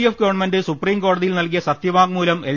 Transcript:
F government supreme കോടതിയിൽ നൽകിയ സത്യ വാങ്മൂലം എൽ